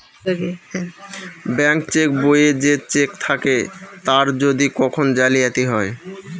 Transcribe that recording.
bank cheque বইয়ে যে cheque থাকে তার যদি কখন জালিয়াতি হয়